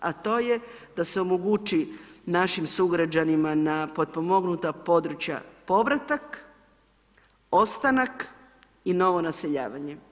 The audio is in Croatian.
A to je, da se omogući našim sugrađanima na potpomognuta područja povratak, ostanak i novo naseljavanje.